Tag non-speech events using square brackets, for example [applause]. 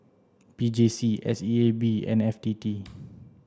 P J C S E A B and F T T [noise]